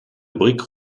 brique